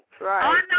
right